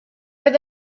oedd